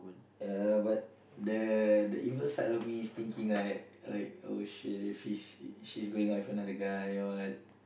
uh but the the evil side of me is thinking like like oh shit if she's she's going out with another guy or what